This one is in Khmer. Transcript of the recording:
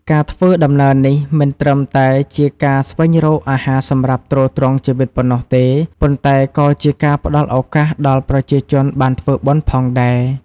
ការធ្វើដំណើរនេះ មិនត្រឹមតែជាការស្វែងរកអាហារសម្រាប់ទ្រទ្រង់ជីវិតប៉ុណ្ណោះទេ ប៉ុន្តែក៏ជាការផ្តល់ឱកាសដល់ប្រជាជនបានធ្វើបុណ្យផងដែរ។